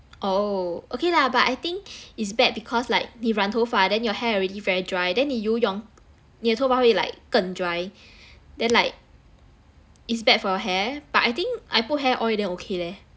oh okay lah but I think it's bad because like 你染头发 then your hair already very dry then 你游泳你的头发会 like 更 dry then like it's bad for hair but I think I put hair oil then okay leh